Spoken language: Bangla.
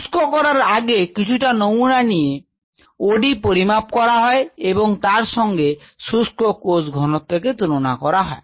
শুষ্ক করার আগে কিছুটা নমুনা নিয়ে OD পরিমাপ করা হয় এবং তার সঙ্গে শুষ্ক কোষ ঘনত্বকে তুলনা করা হয়